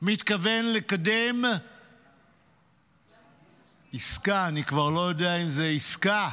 מתכוון לקדם עסקה, אני כבר לא יודע אם זו עסקה,